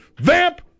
vamp